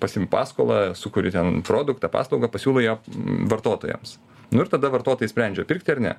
pasiimi paskolą sukuri ten produktą paslaugą pasiūlai ją vartotojams nu ir tada vartotojai sprendžia pirkti ar ne